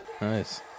Nice